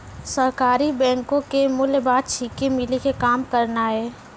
सहकारी बैंको के मूल बात छिकै, मिली के काम करनाय